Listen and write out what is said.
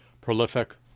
Prolific